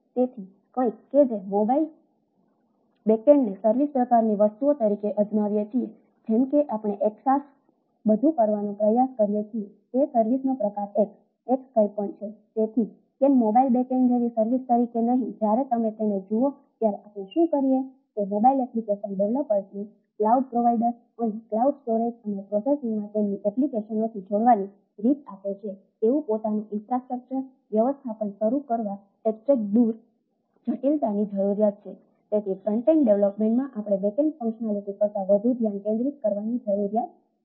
તેથી કંઈક કે જે આપણે મોબાઇલ બેકએન્ડને ફંકશનાલીટી કરતાં વધુ ધ્યાન કેન્દ્રિત કરવાની જરૂરિયાત છે